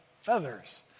feathers